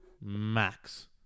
Max